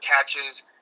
catches